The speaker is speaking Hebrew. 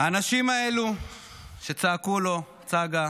האנשים האלה שצעקו לו, צגה,